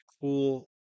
cool